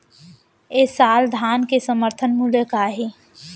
ए साल धान के समर्थन मूल्य का हे?